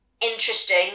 interesting